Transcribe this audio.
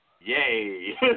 Yay